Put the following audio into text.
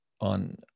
on